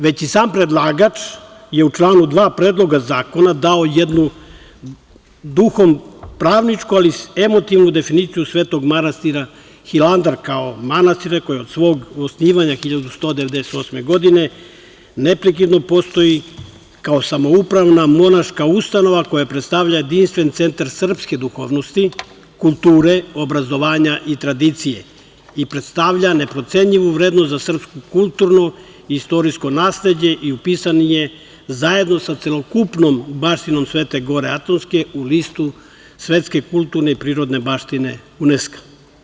Već i sam predlagač je u članu 2. Predloga zakona dao jednu duhom pravničku, ali emotivnu definiciju Svetog manastira Hilandar, kao manastira koji je od svog osnivanja 1198. godine neprekidno postoji kao samoupravna monaška ustanova koja predstavlja jedinstven centar srpske duhovnosti, kulture, obrazovanja i tradicije, i predstavlja neprocenjivu vrednost za srpsko kulturno i istorijsko nasleđe i upisan je zajedno sa celokupnom baštinom Svete Gore Atonske u Listu Svetske kulturne i prirodne baštine UNESK-a.